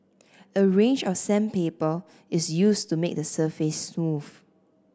a range of sandpaper is used to make the surface smooth